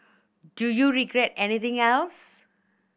do you regret anything else